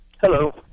hello